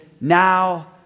now